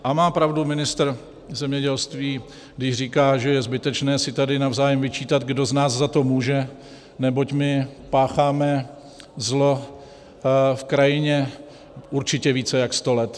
A má pravdu ministr zemědělství, když říká, že je zbytečné si tady navzájem vyčítat, kdo z nás za to může, neboť my pácháme zlo v krajině určitě více jak sto let.